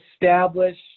establish